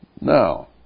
Now